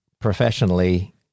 professionally